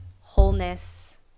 wholeness